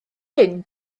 hyn